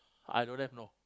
I don't have know